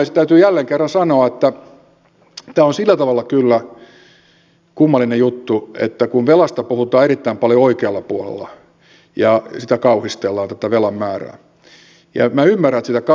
se täytyy jälleen kerran sanoa että tämä on sillä tavalla kyllä kummallinen juttu että velasta puhutaan erittäin paljon oikealla puolella ja tätä velan määrää kauhistellaan ja minä ymmärrän että sitä kauhistellaan